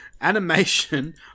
animation